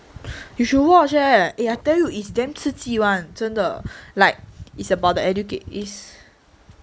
you should watch eh eh I tell you it's damn 刺激 [one] 真的 like it's about the educated